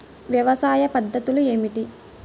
వ్యవసాయ పద్ధతులు ఏమిటి?